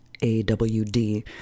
A-W-D